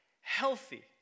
healthy